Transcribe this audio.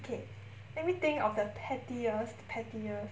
okay let me think of the pettiest pettiest